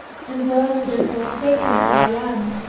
deserted and forsaken as i am,